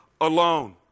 alone